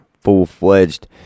full-fledged